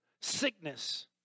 Sickness